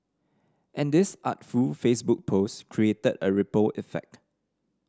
and this artful Facebook post created a ripple effect